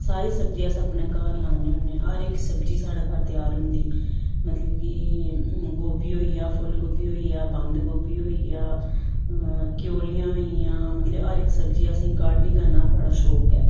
सारी सब्जियां अस अपने घर लान्ने होन्ने आं हर इक सब्जी साढ़े घर त्यार होंदी मतलब कि गोभी होई गेआ फुल गोभी होई गेआ बंद गोभी होई गेआ क्यूलियां होई गेइयां मतलब कि हर इक सब्जी असें गार्डनिंग करना बड़ा शौंक ऐ